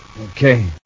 Okay